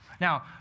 Now